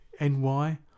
NY